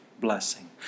blessing